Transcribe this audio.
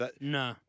no